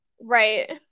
Right